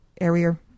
area